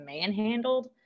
manhandled